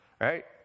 Right